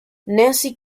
nancy